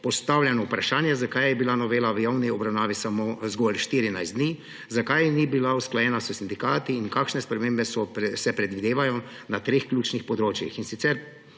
postavljeno vprašanje, zakaj je bila novela v javni obravnavi zgolj 14 dni, zakaj ni bila usklajena s sindikati in kakšne spremembe se predvidevajo na treh ključnih področjih,